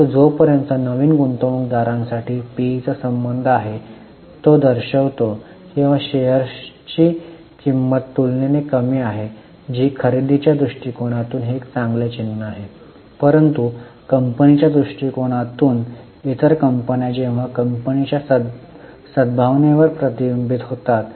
परंतु जोपर्यंत नवीन गुंतवणूकदारांसाठी पीईचा संबंध आहे तो दर्शवितो की शेअर्सची किंमत तुलनेने कमी आहे जी खरेदीच्या कोना तून एक चांगले चिन्ह आहे परंतु कंपनीच्या दृष्टिकोनातून इतर कंपन्या जेव्हा कंपनीच्या सदभावनावर प्रतिबिंबित होतात